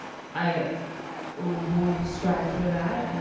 i mean we'll strive for that, and